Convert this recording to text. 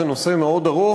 זה נושא מאוד ארוך,